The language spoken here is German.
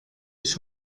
ich